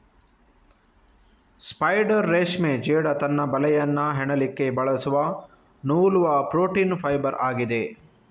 spider ರೇಷ್ಮೆ ಜೇಡ ತನ್ನ ಬಲೆಯನ್ನ ಹೆಣಿಲಿಕ್ಕೆ ಬಳಸುವ ನೂಲುವ ಪ್ರೋಟೀನ್ ಫೈಬರ್ ಆಗಿದೆ